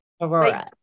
Aurora